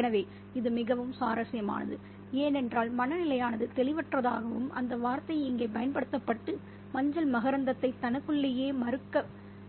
எனவே இது மிகவும் சுவாரஸ்யமானது ஏனென்றால் மனநிலையானது தெளிவற்றதாகவும் அந்த வார்த்தை இங்கே பயன்படுத்தப்பட்டு மஞ்சள் மகரந்தத்தை தனக்குள்ளேயே